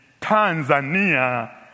Tanzania